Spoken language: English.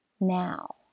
Now